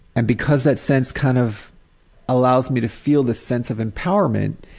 and because that sense kind of allows me to feel this sense of empowerment,